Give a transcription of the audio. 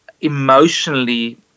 emotionally